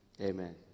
Amen